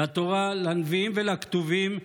לתורה, לנביאים ולכתובים,